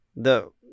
-the